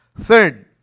Third